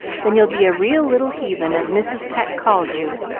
then you'll be a real little heathen, as mrs. pecq called you,